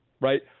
right